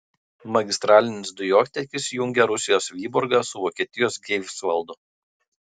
magistralinis dujotiekis jungia rusijos vyborgą su vokietijos greifsvaldu